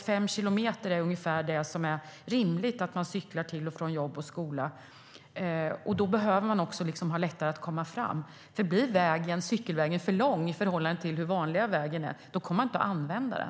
Fem kilometer är rimligt att cykla till och från jobb och skola. Då behöver det bli lättare att komma fram. Blir cykelvägen för lång i förhållande till den vanliga vägen kommer människor inte att använda den.